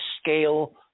scale